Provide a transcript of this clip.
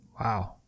Wow